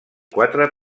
quatre